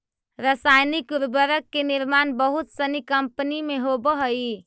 रसायनिक उर्वरक के निर्माण बहुत सनी कम्पनी में होवऽ हई